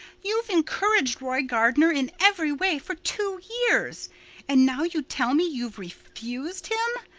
you've encouraged roy gardner in every way for two years and now you tell me you've refused him.